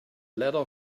letter